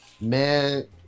man